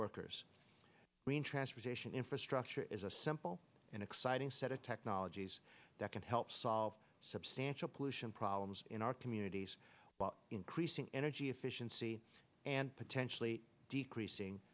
workers green transportation infrastructure is a simple and exciting set of technologies that can help solve substantial pollution problems in our communities by increasing energy efficiency and potentially decreasing